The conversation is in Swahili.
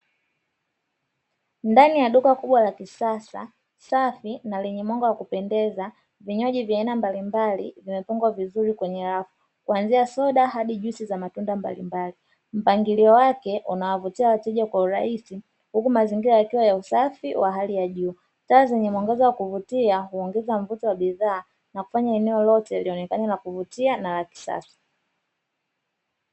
Ndani ya duka kubwa la kisasa, safi na lenye mwanga wa kupendeza, vinywaji vya aina mbalimbali vimefungwa vizuri kwenye rafu, kuanzia soda hadi juzi za matunda mbalimbali, mpangilio wake unawavutia wateja kwa urahisi huku mazingira yakiwa ya usafi wa hali ya juu, taa zenye mwangaza wa kuvutia huongeza mvuto wa bidhaa na kufanya eneo lote lionekana na kuvutia na la kisasa.